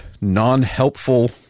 non-helpful